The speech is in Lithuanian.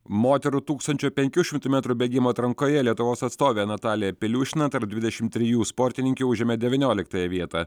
moterų tūkstančio penkių šimtų metrų bėgimo atrankoje lietuvos atstovė natalija piliušina tarp dvidešimt trijų sportininkių užėmė devynioliktąją vietą